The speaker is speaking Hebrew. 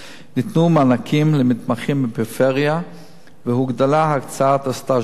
ניתנו מענקים למתמחים בפריפריה והוגדלה הקצאת הסטאז'רים.